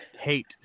hate